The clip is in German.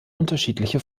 unterschiedliche